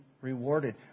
rewarded